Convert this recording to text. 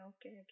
Okay